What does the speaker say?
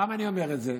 למה אני אומר את זה?